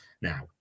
now